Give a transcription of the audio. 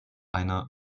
einer